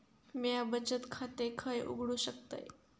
म्या बचत खाते खय उघडू शकतय?